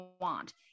want